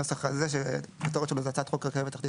הנוסח הזה שהכותרת שלו: הצעת חוק רכבת תחתית